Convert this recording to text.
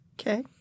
okay